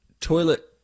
toilet